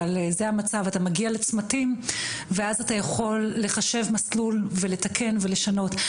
אבל זה המצב אתה מגיע לצמתים ואז אתה יכול לחשב מסלול ולתקן ולשנות,